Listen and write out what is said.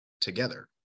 together